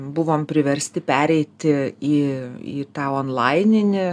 buvom priversti pereiti į į tą onlaininį